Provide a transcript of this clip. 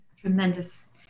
Tremendous